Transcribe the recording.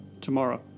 tomorrow